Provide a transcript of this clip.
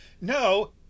No